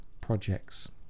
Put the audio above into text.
projects